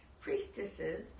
priestesses